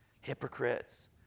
Hypocrites